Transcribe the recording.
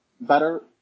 better